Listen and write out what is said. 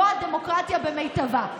זו הדמוקרטיה במיטבה.